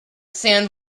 sand